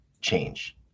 change